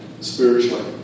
spiritually